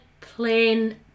plain